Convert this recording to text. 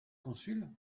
consul